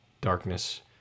darkness